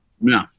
No